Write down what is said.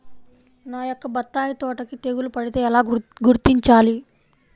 నా యొక్క బత్తాయి తోటకి తెగులు పడితే ఎలా గుర్తించాలి?